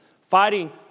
fighting